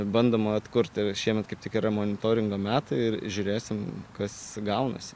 bandoma atkurti ir šiemet kaip tik yra monitoringo metai ir žiūrėsim kas gaunasi